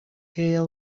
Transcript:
hay